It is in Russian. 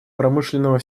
промышленного